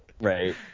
Right